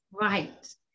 Right